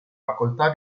facoltà